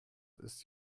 ist